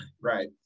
Right